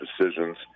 decisions